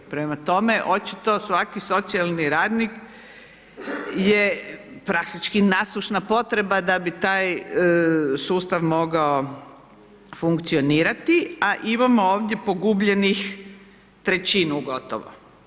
Prema tome, očito svaki socijalni radnik je praktički nasušna potreba da bi taj sustav mogao funkcionirati a imamo ovdje pogubljenih 1/3 gotovo.